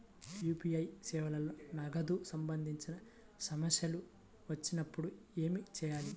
UPI సేవలలో నగదుకు సంబంధించిన సమస్యలు వచ్చినప్పుడు ఏమి చేయాలి?